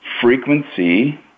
frequency